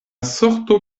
sorto